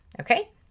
okay